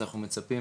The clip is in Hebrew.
אז אנחנו מצפים